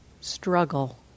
struggle